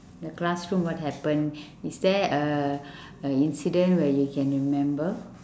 the classroom what happen is there a a incident where you can remember